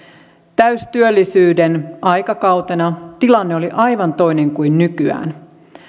täystyöllisyyden aikakautena tilanne oli aivan toinen kuin nykyään